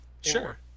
Sure